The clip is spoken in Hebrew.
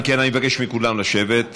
אם כן, אני מבקש מכולם לשבת.